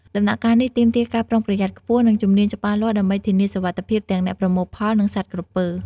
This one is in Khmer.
ដំណាក់កាលនេះទាមទារការប្រុងប្រយ័ត្នខ្ពស់ និងជំនាញច្បាស់លាស់ដើម្បីធានាសុវត្ថិភាពទាំងអ្នកប្រមូលផល និងសត្វក្រពើ។